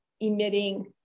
emitting